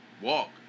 walk